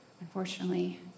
unfortunately